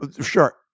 Sure